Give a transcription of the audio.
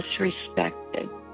disrespected